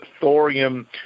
thorium